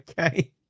okay